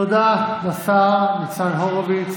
תודה לשר ניצן הורוביץ.